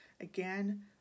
Again